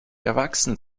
erwachsen